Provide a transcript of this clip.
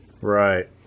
Right